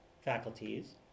faculties